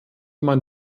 man